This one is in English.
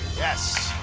yes.